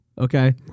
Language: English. okay